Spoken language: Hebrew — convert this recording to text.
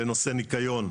לנושא ניקיון,